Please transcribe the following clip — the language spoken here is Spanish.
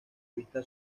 vista